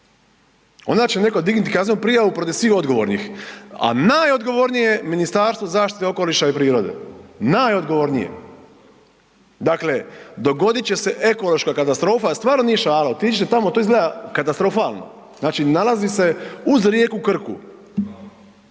Onda će neko dignut kaznenu prijavu protiv svih odgovornih. A najodgovornije je Ministarstvo zaštite okoliša i prirode, najodgovornije. Dakle, dogodit će se ekološka katastrofa, stvarno nije šala, otiđite tamo, to izgleda katastrofalno. Znači, nalazi se uz rijeku Krku